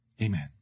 Amen